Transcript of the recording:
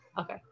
Okay